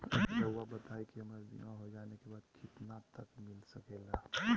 रहुआ बताइए कि हमारा बीमा हो जाने के बाद कितना तक मिलता सके ला?